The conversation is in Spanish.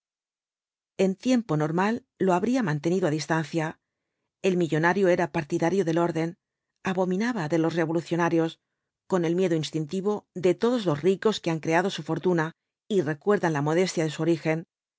en tiempo normal lo habría mantenido á distancia el millonario era partidario del orden abominaba de los revolucionarios con el miedo instintivo de todos los ricos que han creado su fortuna y recuerdan la modestia de su origen